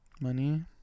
Money